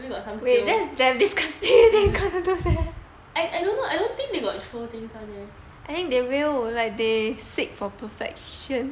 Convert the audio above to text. maybe got some sale I don't know maybe they got throw things [one] leh